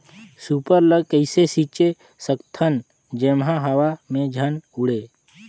Super ल कइसे छीचे सकथन जेमा हवा मे झन उड़े?